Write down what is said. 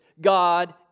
God